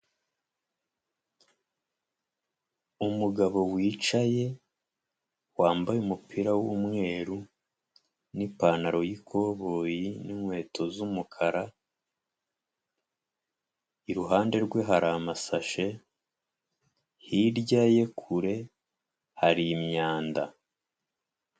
Umugabo wicaye wambaye umupira w'umweru n'ipantaro y'ikoboyi n'inkweto z'umukara, iruhande rwe hari amasashe, hirya ye kure hari imyanda.